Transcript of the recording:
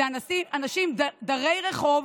אנשים שהם דרי רחוב